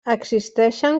existeixen